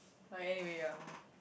okay anyway ya